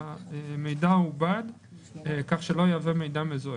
שהמידע עובד כך שלא יהווה מידע מזוהה.